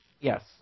Yes